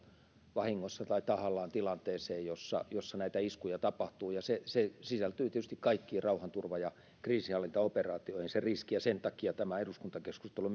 vahingossa tai tahallaan tilanteeseen jossa jossa näitä iskuja tapahtuu se se riski sisältyy tietysti kaikkiin rauhanturva ja kriisinhallintaoperaatioihin ja myös sen takia tämä eduskuntakeskustelu